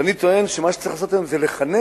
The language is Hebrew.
אז אני טוען שמה שצריך לעשות היום זה לחנך,